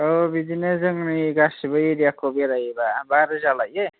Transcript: औ बिदिनो जोंनि गासिबो एरियाखौ बेरायोबा बा रोजा लायो